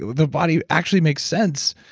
the body actually makes sense.